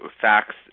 facts